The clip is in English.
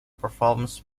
performs